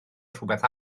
rhywbeth